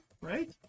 right